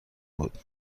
بود